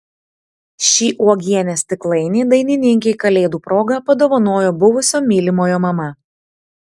šį uogienės stiklainį dainininkei kalėdų proga padovanojo buvusio mylimojo mama